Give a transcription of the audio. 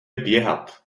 běhat